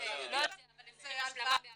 אנחנו לא מדברים על